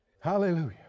Hallelujah